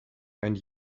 and